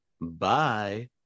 Bye